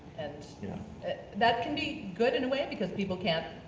and you know that can be good in a way, because people can't